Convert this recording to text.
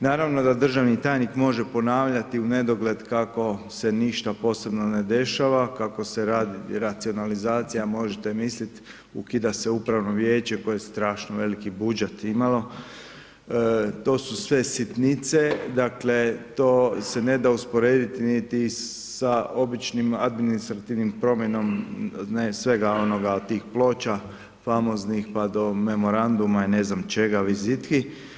Naravno da državni tajnik može ponavljati u nedogled kako se ništ posebno ne dešava, kako se radi racionalizacija, možete misliti, ukida se upravno vijeće koje je strašno veliki budžet imalo, to su sve sitnice, dakle to se ne da usporediti niti sa običnim administrativnim promjenama, svega onoga, tih ploča famoznih pa do memoranduma i ne znam čega, vizitki.